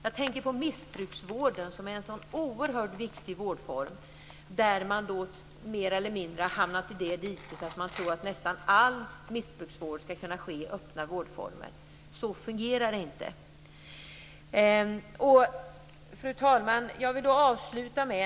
Jag tänker på missbrukarvården, som är en så oerhört viktig vårdform, där man mer eller mindre har hamnat i det diket att man tror att nästan all missbrukarvård ska kunna ges i öppna vårdformer. Så fungerar det inte. Fru talman!